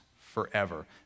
forever